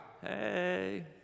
Hey